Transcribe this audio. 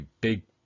big